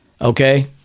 Okay